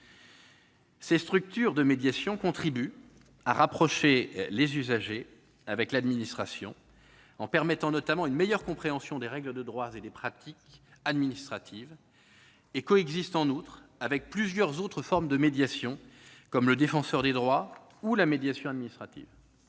Ces structures de médiation contribuent à rapprocher les usagers de l'administration, en permettant notamment une meilleure compréhension des règles de droit et des pratiques administratives. En outre, elles coexistent avec plusieurs autres formes de médiation, comme le Défenseur des droits ou la médiation administrative.